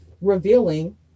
revealing